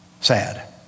sad